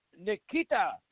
Nikita